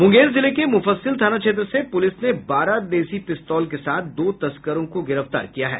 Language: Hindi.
मुंगेर जिले के मुफस्सिल थाना क्षेत्र से पुलिस ने बारह देसी पिस्तौल के साथ दो तस्करों को गिरफ्तार किया है